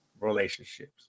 relationships